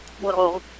little